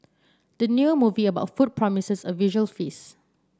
the new movie about food promises a visual feast